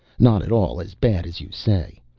not at all as bad as you say.